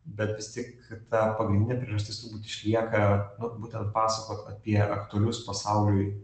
bet vis tik ta pagrindinė priežastis išlieka vat būtent pasakot apie aktualius pasauliui